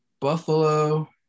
Buffalo